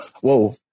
Whoa